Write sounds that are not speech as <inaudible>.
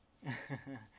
<laughs>